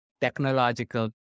technological